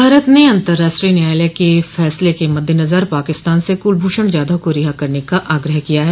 भारत ने अतंर्राष्ट्रीय न्यायालय क फैसले के मददेनज़र पाकिस्तान से कुलभूषण जाधव को रिहा करने का आग्रह किया है